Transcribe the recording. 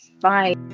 Bye